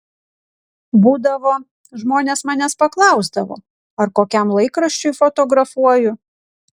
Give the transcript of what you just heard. būdavo žmonės manęs paklausdavo ar kokiam laikraščiui fotografuoju